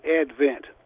advent